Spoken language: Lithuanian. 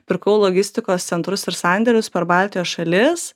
pirkau logistikos centrus ir sandėlius per baltijos šalis